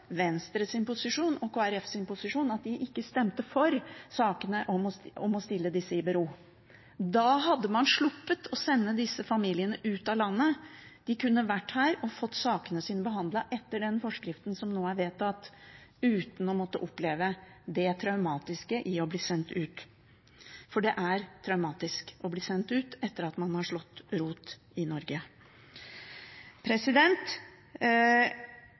posisjon og Kristelig Folkepartis posisjon, at de ikke stemte for forslagene om å stille disse sakene i bero. Da hadde man sluppet å sende disse familiene ut av landet. De kunne vært her og fått sakene sine behandlet etter den forskriften som nå er vedtatt, uten å måtte oppleve det traumatiske å bli sendt ut. For det er traumatisk å bli sendt ut etter at man har slått rot i Norge.